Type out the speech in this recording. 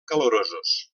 calorosos